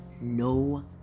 no